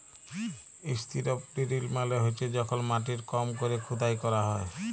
strip drill মালে হছে যখল মাটির কম ক্যরে খুদাই ক্যরা হ্যয়